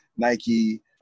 Nike